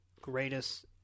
greatest